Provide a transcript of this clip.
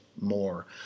More